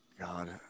God